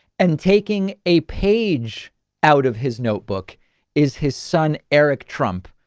and taking a page out of his notebook is his son, eric trump,